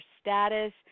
status